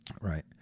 Right